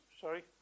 Sorry